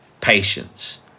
patience